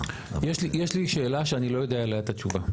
יש לי שאלה שאני לא יודע עליה את התשובה.